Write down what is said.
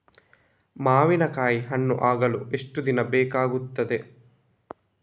ಮಾವಿನಕಾಯಿ ಹಣ್ಣು ಆಗಲು ಎಷ್ಟು ದಿನ ಬೇಕಗ್ತಾದೆ?